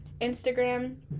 Instagram